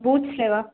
boots లెవా